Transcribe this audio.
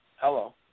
Hello